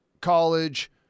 college